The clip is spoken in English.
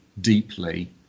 deeply